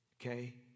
okay